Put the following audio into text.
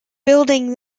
building